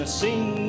sing